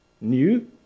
new